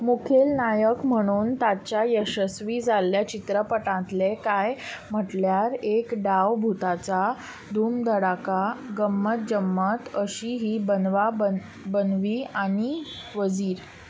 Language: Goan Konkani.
मुखेल नायक म्हुणून ताच्या यशस्वी जाल्ल्या चित्रपटांतले कांय म्हटल्यार एक डाव भुताचा धुमधडाका गम्मत जंम्मत अशी ही बनवाबनवी आनी वजीर